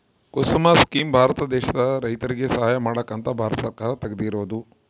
ಕುಸುಮ scheme Bharat ದೇಶದ ರೈತರಿಗೆ ಸಹಾಯ ಮಾಡಕ ಅಂತ ಭಾರತ ಸರ್ಕಾರ ತೆಗ್ದಿರೊದು